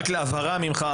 הבהרה ממך,